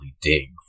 dig